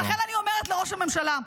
ולכן אני אומרת לראש הממשלה: